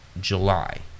July